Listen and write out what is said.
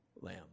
Lamb